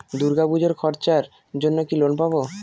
দূর্গাপুজোর খরচার জন্য কি লোন পাব?